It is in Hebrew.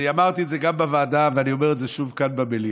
אמרתי את זה גם בוועדה ואני אומר את זה שוב כאן במליאה: